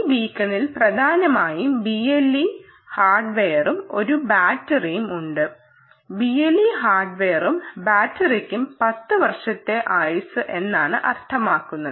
ഈ ബീക്കണിൽ പ്രധാനമായും BLE ഹാർഡ്വെയറും ഒരു ബാറ്ററിയും ഉണ്ട് BLE ഹാർഡ്വെയറും ബാറ്ററിക്കും 10 വർഷത്തെ ആയുസ്സ് എന്നാണ് അർത്ഥമാക്കുന്നത്